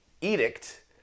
edict